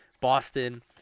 Boston